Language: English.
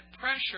pressure